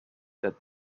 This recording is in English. that